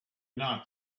not